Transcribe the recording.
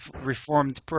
reformed